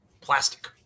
plastic